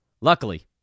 Luckily